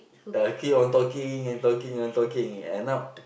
uh keep on talking talking and talking end up